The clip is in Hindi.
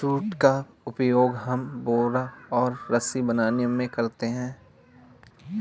जूट का उपयोग हम बोरा और रस्सी बनाने में करते हैं